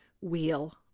wheel